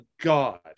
god